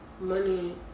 money